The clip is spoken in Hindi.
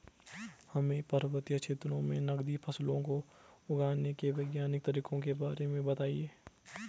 हमें पर्वतीय क्षेत्रों में नगदी फसलों को उगाने के वैज्ञानिक तरीकों के बारे में बताइये?